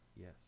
Yes